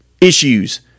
issues